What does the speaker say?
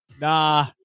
Nah